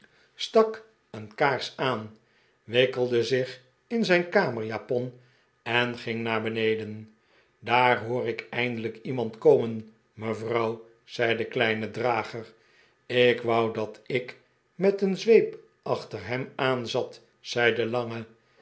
een kaars aan wikkelde zich in zijn kamerjapon en ging naar beneden daar hoor ik eindelijk iemand komen mevrouw zei de kleine drager ik wou dat ik met een zweep achter hem aanzat zei de lange